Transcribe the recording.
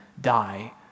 Die